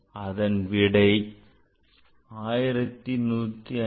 அதன் விடை 1157